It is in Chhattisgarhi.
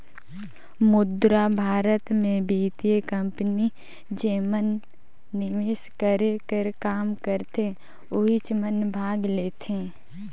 मुद्रा बजार मे बित्तीय कंपनी जेमन निवेस करे कर काम करथे ओहिच मन भाग लेथें